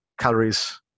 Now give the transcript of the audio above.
calories